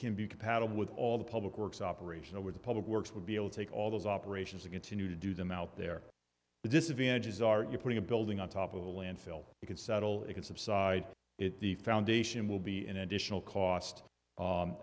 can be compatible with all the public works operational where the public works will be able to take all those operations to continue to do them out there the disadvantages are you putting a building on top of the landfill you can settle it subside it the foundation will be an additional cost